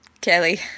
Kelly